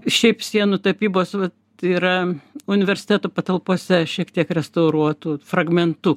šiaip sienų tapybos vat yra universiteto patalpose šiek tiek restauruotu fragmentu